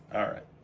alright.